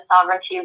sovereignty